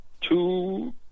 two